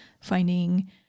finding